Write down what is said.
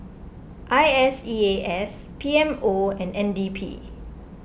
I S E A S P M O and N D P